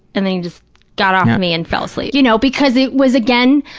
and then he just got off me and fell asleep, you know, because it was, again,